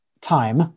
time